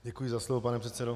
Děkuji za slovo, pane předsedo.